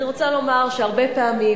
אני רוצה לומר שהרבה פעמים,